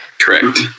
correct